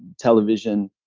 television.